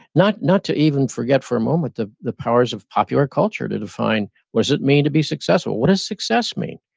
not not to even forget for a moment, the the powers of popular culture to define what does it mean to be successful, what does success mean?